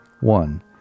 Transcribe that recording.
One